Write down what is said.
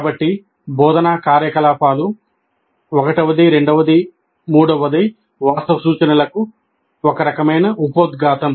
కాబట్టి బోధనా కార్యకలాపాలు 1 2 3 వాస్తవ సూచనలకు ఒక రకమైన ఉపోద్ఘాతం